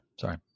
Sorry